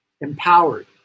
empowered